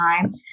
time